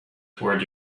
toward